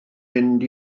mynd